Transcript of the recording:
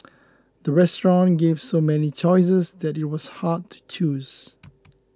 the restaurant gave so many choices that it was hard to choose